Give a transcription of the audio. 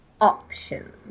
options